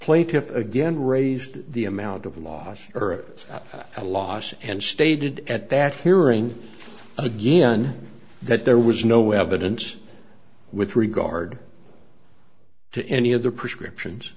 plaintiffs again raised the amount of loss or a loss and stated at that hearing again that there was no evidence with regard to any of the prescriptions